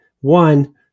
One